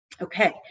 Okay